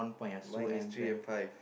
my is three and five